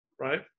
right